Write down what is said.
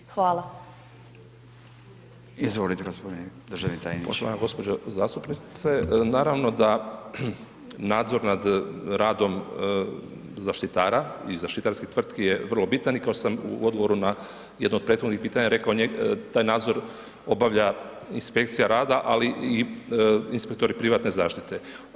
Poštovana gospođo zastupnice, naravno da nadzor nad radom zaštitara i zaštitarskih tvrtki je vrlo bitan i kao što sam u odgovoru na jedno od prethodnih pitanja rekao taj nadzor obavlja inspekcija rada ali i inspektori privatne zaštite.